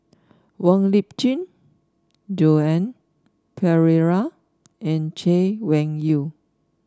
Wong Lip Chin Joan Pereira and Chay Weng Yew